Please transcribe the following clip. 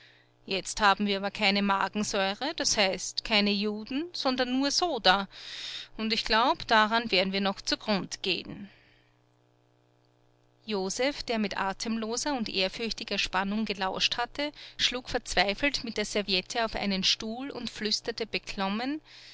jetzt haben wir aber keine magensäure das heißt keine juden sondern nur soda und ich glaub daran wer'n wir noch zugrund geh'n josef der mit atemloser und ehrfürchtiger spannung gelauscht hatte schlug verzweifelt mit der serviette auf einen stuhl und flüsterte beklommen